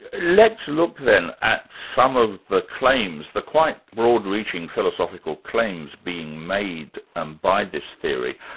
let's look then at some of the claims, the quite broad-reaching, philosophical claims being made and by this theory.